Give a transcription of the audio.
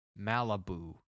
Malibu